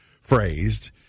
phrased